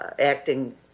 acting